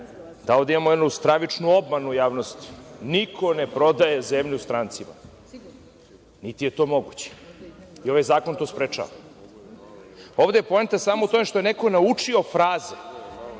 je da imamo jednu stravičnu obmanu javnosti – niko ne prodaje zemlju strancima, niti je to moguće i ovaj zakon to sprečava. Ovde je poenta samo u tome što je neko naučio fraze